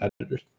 editors